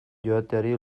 joateari